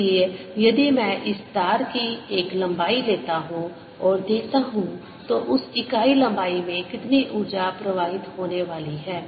इसलिए यदि मैं इस तार की एक इकाई लंबाई लेता हूं और देखता हूं तो उस इकाई लंबाई में कितनी ऊर्जा प्रवाहित होने वाली है